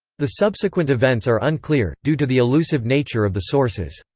the subsequent events are unclear, due to the elusive nature of the sources.